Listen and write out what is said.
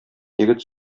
егет